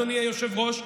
אדוני היושב-ראש,